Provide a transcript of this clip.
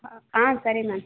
ಹಾಂ ಆಂ ಸರಿ ಮ್ಯಾಮ್